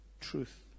truth